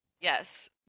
Yes